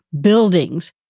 buildings